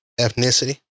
ethnicity